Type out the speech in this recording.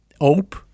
hope